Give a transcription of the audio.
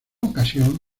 ocasión